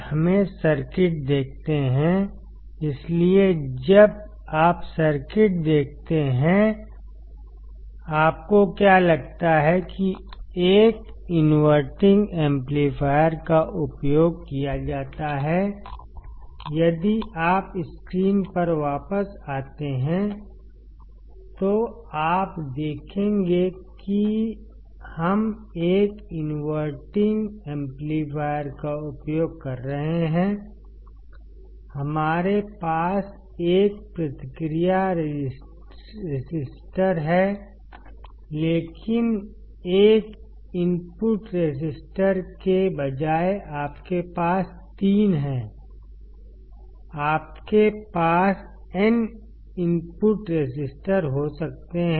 हमें सर्किट देखते हैं इसलिए जब आप सर्किट देखते हैं आपको क्या लगता है कि एक इनवर्टिंग एम्पलीफायर का उपयोग किया जाता है यदि आप स्क्रीन पर वापस आते हैं तो आप देखेंगे कि हम एक इनवर्टिंग एम्पलीफायर का उपयोग कर रहे हैं हमारे पास एक प्रतिक्रिया रेसिस्टर है लेकिन एक इनपुट रेसिस्टर के बजाय आपके पास तीन हैं आपके पास n इनपुट रेसिस्टर्स हो सकते हैं